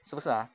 是不是 ah